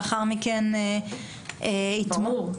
לאחר מכן התמחות --- ברור.